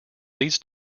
leads